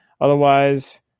Otherwise